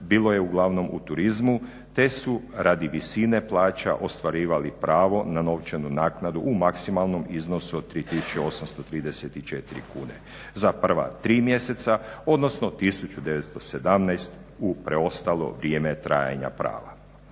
bilo je uglavnom u turizmu te su radi visine plaća ostvarivali pravo na novčanu naknadu u maksimalnom iznosu od 3834 kune za prva tri mjeseca, odnosno 1917 u preostalo vrijeme trajanja prava.